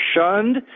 shunned